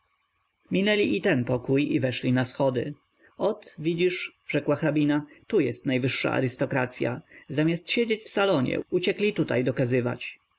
minęli i ten pokój i weszli na schody ot widzisz rzekła hrabina to jest najwyższa arystokracya zamiast siedzieć w salonie uciekli tutaj dokazywać